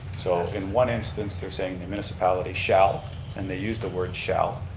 so in one instance, they're saying the municipality shall and they use the word shall,